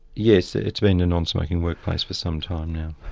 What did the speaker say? yes it's been a non-smoking workplace for sometime now.